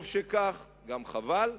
טוב שכך, וגם חבל.